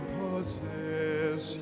possess